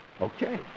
Okay